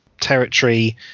territory